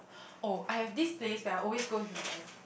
oh I have this place where I always go with my